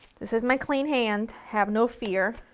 this is my clean hand, have no fear.